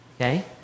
okay